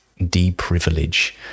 deprivilege